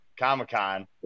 comic-con